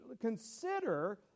consider